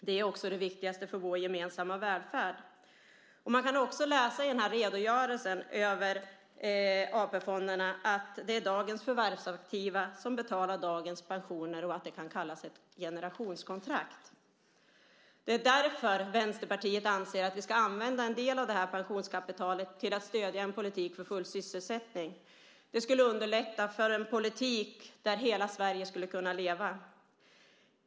Det är också det viktigaste för vår gemensamma välfärd. I redogörelsen om AP-fonderna kan man också läsa att det är dagens förvärvsaktiva som betalar dagens pensioner och att det kan kallas för ett generationskontrakt. Det är därför som Vänsterpartiet anser att en del av det här pensionskapitalet ska användas till att stödja en politik för full sysselsättning. Det skulle underlätta för en politik som var sådan att hela Sverige skulle kunna leva.